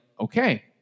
okay